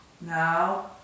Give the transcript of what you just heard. Now